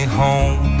home